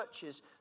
churches